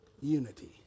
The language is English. unity